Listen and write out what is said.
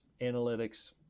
analytics